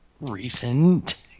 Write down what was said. recent